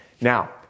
Now